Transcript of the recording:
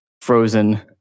Frozen